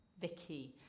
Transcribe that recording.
Vicky